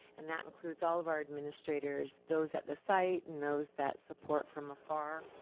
and that includes all of our administrators, those at the site, and those that support from afar.